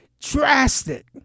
drastic